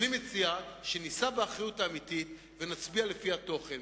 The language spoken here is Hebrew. אני מציע שנישא באחריות האמיתית ונצביע לפי התוכן.